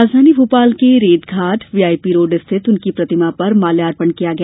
राजधानी भोपाल के Retghat VIP road स्थित उनकी प्रतिमा पर माल्यार्पण किया गया